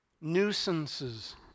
Nuisances